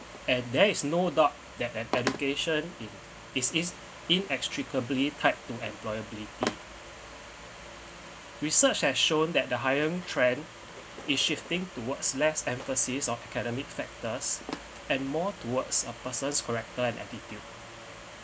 and there is no doubt that an education it it is inextricably tied to employability research has shown that the higher trend is shifting towards less emphasis on academic factors and more towards a person character and attitude